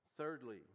Thirdly